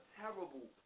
terrible